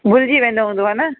भुलजी वेंदो हूंदो हे न